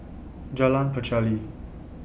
Jalan Pacheli